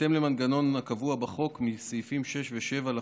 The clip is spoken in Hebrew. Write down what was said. בהתאם למנגנון הקבוע בסעיפים 6 ו-7 לחוק,